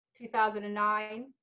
2009